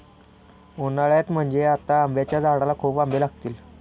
उन्हाळ्यात म्हणजे आता आंब्याच्या झाडाला खूप आंबे लागतील